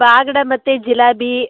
ಬಾಂಗ್ಡ ಮತ್ತು ಜಿಲಾಬಿ